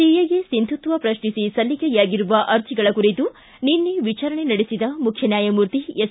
CAA ಸಿಂಧುತ್ವ ಪ್ರಶ್ನಿಸಿ ಸಲ್ಲಿಕೆಯಾಗಿರುವ ಅರ್ಜಿಗಳ ಕುರಿತು ನಿನ್ನೆ ವಿಚಾರಣೆ ನಡೆಸಿದ ಮುಖ್ಯ ನ್ಯಾಯಮೂರ್ತಿ ಎಸ್